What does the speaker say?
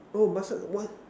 oh massage what